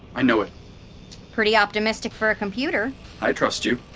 i know it pretty optimistic for a computer i trust you.